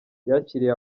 yakiriwe